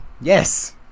Yes